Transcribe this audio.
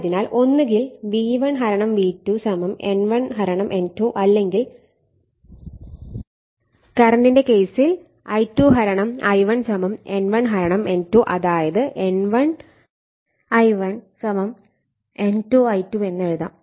ആയതിനാൽ ഒന്നുകിൽ V1 V2 N1 N2 അല്ലെങ്കിൽ റന്റിന്റെ ബേസിൽ I2 I1 N1 N2 അതായത് N1 I1 N2 I2 എന്ന് എഴുതാം